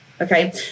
Okay